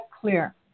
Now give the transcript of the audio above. clear